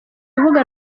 rubuga